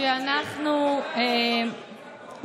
איפה את?